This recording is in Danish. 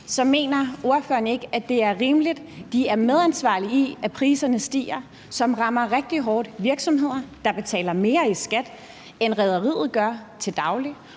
så mener ordføreren ikke, at det er rimeligt? De er medansvarlige for, at priserne stiger, og det rammer rigtig hårdt i virksomheder, der betaler mere i skat, end rederiet gør til dagligt,